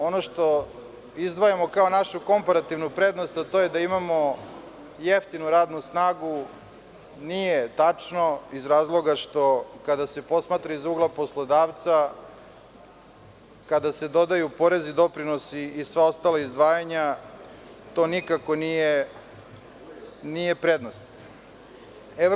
Ono što izdvajamo kao našu komparativnu prednost, a to je da imamo jeftinu radnu snagu, nije tačno iz razloga što kada se posmatra iz ugla poslodavca, kada se dodaju porezi i doprinosi i sva ostala izdvajanja, to nikako nije prednost.